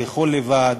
לאכול לבד,